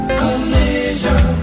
collision